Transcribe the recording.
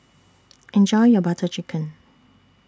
Enjoy your Butter Chicken